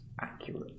accurate